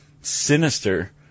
sinister